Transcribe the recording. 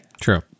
True